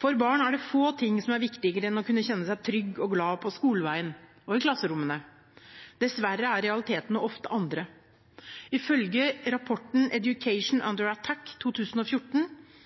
For barn er det få ting som er viktigere enn å kunne kjenne seg trygg og glad på skoleveien og i klasserommet. Dessverre er det ofte andre realiteter. Ifølge rapporten «Education under Attack 2014»